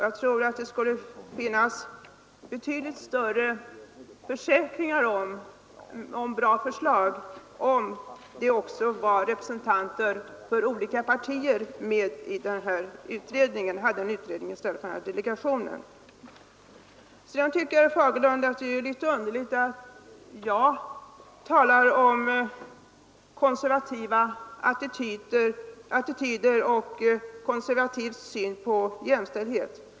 Jag tror att det skulle finnas betydligt större förutsättningar att få fram bra förslag om representanter för olika partier var med i en utredning — om vi alltså hade en utredning i stället för denna delegation. Sedan tyckte herr Fagerlund att det var underligt att jag talade om konservativa attityder och en konservativ syn på frågan om jämställdhet.